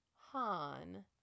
Han